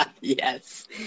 Yes